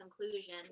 conclusion